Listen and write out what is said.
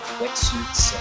wetsuits